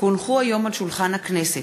כי הונחו על שולחן הכנסת,